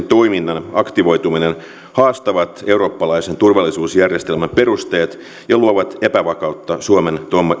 toiminnan aktivoituminen haastavat eurooppalaisen turvallisuusjärjestelmän perusteet ja luovat epävakautta suomen